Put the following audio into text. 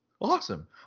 awesome